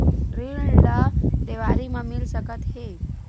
ऋण ला देवारी मा मिल सकत हे